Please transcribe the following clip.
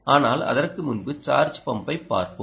ஆனால் அதற்கு முன்பு சார்ஜ் பம்பைப் பார்ப்போம்